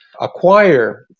acquire